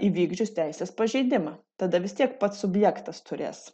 įvykdžius teisės pažeidimą tada vis tiek pats subjektas turės